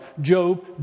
Job